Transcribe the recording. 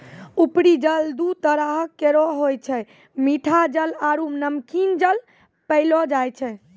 उपरी जल दू तरह केरो होय छै मीठा जल आरु नमकीन जल पैलो जाय छै